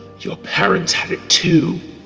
your parents had it too.